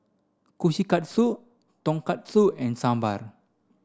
Kushikatsu Tonkatsu and Sambar